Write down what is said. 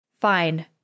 Fine